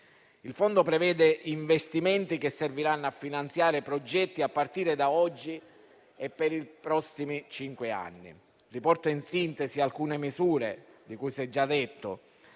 plan* e prevede investimenti che serviranno a finanziare progetti a partire da oggi e per i prossimi cinque anni. Riporto in sintesi alcune misure, di cui si è già detto,